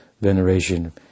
veneration